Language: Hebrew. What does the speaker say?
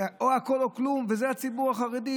וזה הציבור החרדי,